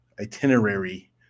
itinerary